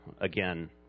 again